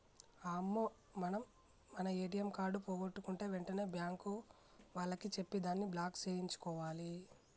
అమ్మో మనం మన ఏటీఎం కార్డు పోగొట్టుకుంటే వెంటనే బ్యాంకు వాళ్లకి చెప్పి దాన్ని బ్లాక్ సేయించుకోవాలి